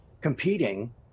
competing